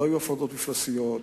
לא היו הפרדות מפלסיות,